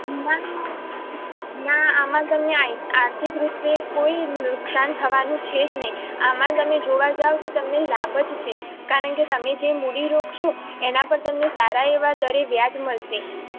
મનનું ના એમાં તમને આર્થિક રીતે કોઈ નુકસાનન થવાનું છે જ નથી આમાં તમે જોવા જાઓ તો તમને લાભ જ છે કારણ કે તમે જે મૂડી રોકશો એના પર તમને સારા એવા દરે વ્યાજ મળશે